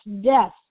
death